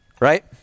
Right